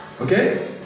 Okay